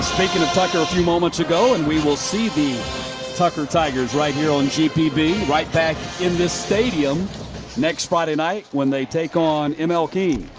speaking of tucker a few moments ago. and we'll see the tucker tigers right here on gpb right back in this stadium next friday night when they take on mlk.